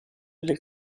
del